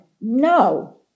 No